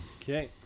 Okay